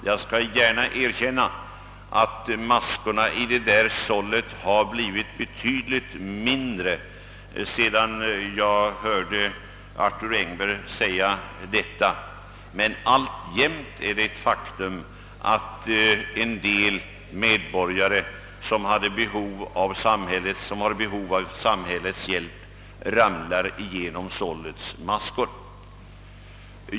Jag skall gärna erkänna att maskorna i sållet har blivit betydligt tätare sedan Arthur Engberg höll detta tal, men alltjämt är det ett faktum att en del medborgare som har behov av samhällets hjälp ramlar igenom sållets maskor.